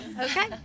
Okay